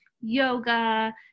yoga